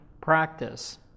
practice